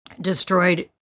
destroyed